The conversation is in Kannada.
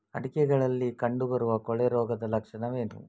ಅಡಿಕೆಗಳಲ್ಲಿ ಕಂಡುಬರುವ ಕೊಳೆ ರೋಗದ ಲಕ್ಷಣವೇನು?